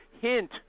hint